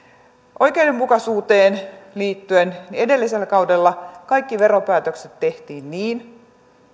oikeudenmukaisuuteen liittyen edellisellä kaudella kaikki veropäätökset tehtiin niin